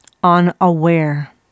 unaware